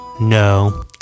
No